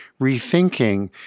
rethinking